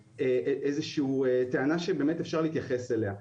איזושהי טענה שבאמת אפשר להתייחס אליה.